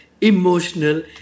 emotional